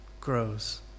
grows